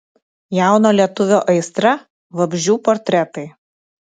jauno lietuvio aistra vabzdžių portretai